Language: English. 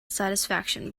satisfaction